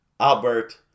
Albert